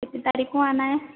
कितनी तारीख को आना है